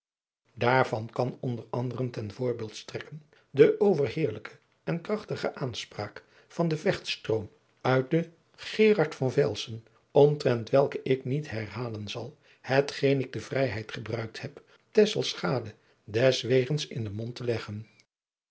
daarvan kan onder anderen ten voorbeeld strekken de overheerlijke en krachtige aanspraak van den vechtstroom uit den gerard van velsen omtrent welke ik niet herhalen zal hetgeen ik de vrijheid gebruikt heb tesselschade deswegens in den mond te leggen